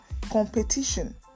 Competition